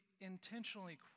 intentionally